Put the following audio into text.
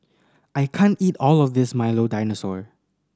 I can't eat all of this Milo Dinosaur